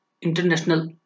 International